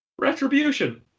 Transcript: Retribution